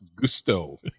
gusto